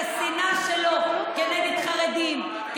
ואת השנאה שלו נגד חרדים,